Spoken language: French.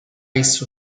ice